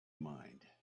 mind